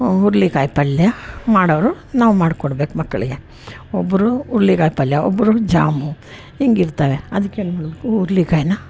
ಹುರುಳೀಕಾಯಿ ಪಲ್ಯ ಮಾಡೋರು ನಾವು ಮಾಡ್ಕೊಡ್ಬೇಕು ಮಕ್ಕಳಿಗೆ ಒಬ್ಬರು ಹುರ್ಳಿಕಾಯಿ ಪಲ್ಯ ಒಬ್ಬರಿಗೆ ಜಾಮು ಹೀಗಿರ್ತವೆ ಅದಕ್ಕೇನು ಮಾಡಬೇಕು ಹುರ್ಳಿಕಾಯನ್ನು